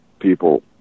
people